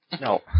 No